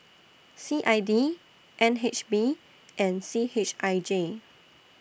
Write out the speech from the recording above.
C I D N H B and C H I J